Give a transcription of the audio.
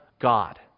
God